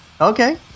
Okay